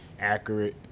accurate